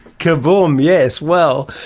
kaboom, yes, well.